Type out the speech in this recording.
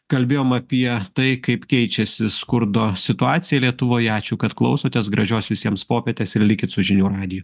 kalbėjom apie tai kaip keičiasi skurdo situacija lietuvoje ačiū kad klausotės gražios visiems popietės ir likit su žinių radiju